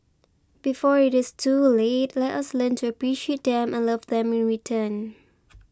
before it is too late let us learn to appreciate them and love them in return